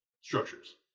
structures